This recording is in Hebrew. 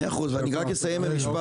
חשוב